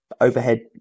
overhead